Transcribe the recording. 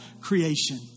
creation